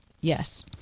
Yes